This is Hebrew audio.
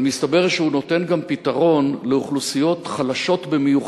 אבל מסתבר שהוא נותן גם פתרון לאוכלוסיות חלשות במיוחד,